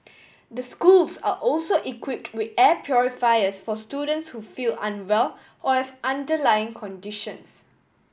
the schools are also equipped with air purifiers for students who feel unwell or have underlying conditions